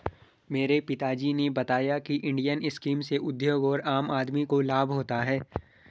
मेरे पिता जी ने बताया की इंडियन स्कीम से उद्योग और आम आदमी को लाभ होता है